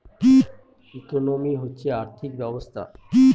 economy হচ্ছে আর্থিক ব্যবস্থা